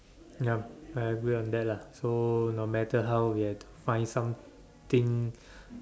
yup I agree on that lah so no matter how we have to find something